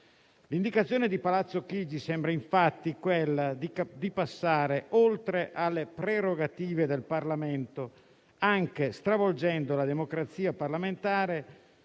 L'indicazione di Palazzo Chigi sembra infatti quella di passare oltre le prerogative del Parlamento anche stravolgendo la democrazia parlamentare.